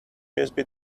usb